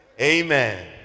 amen